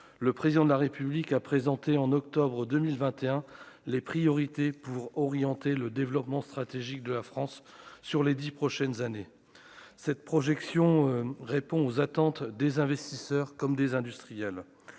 le président de la République a présenté en octobre 2021 les priorités pour orienter le développement stratégique de la France sur les 10 prochaines années, cette projection répond aux attentes des investisseurs comme des industriels,